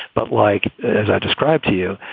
but like, as i describe to you,